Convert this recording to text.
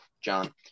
john